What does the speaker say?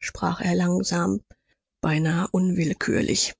sprach er langsam beinahe unwillkürlich